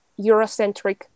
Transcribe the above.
Eurocentric